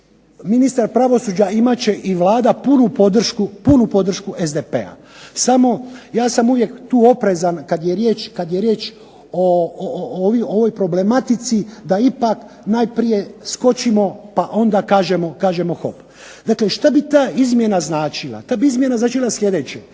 ministar pravosuđa i Vlada će imat punu podršku SDP-a. samo ja sam tu oprezan kada je riječ o ovoj problematici, da ipak najprije skočimo pa onda kažemo hop. Što bi ta izmjena značila? Ta bi izmjena značila sljedeće,